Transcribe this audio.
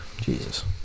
Jesus